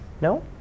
No